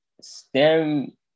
STEM